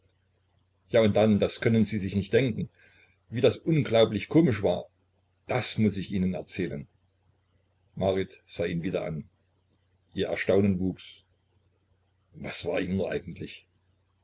ja und dann das können die sich nicht denken wie das unglaublich komisch war das muß ich ihnen erzählen marit sah ihn wieder an ihr erstaunen wuchs was war ihm nur eigentlich